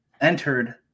entered